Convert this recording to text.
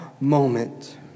moment